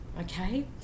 okay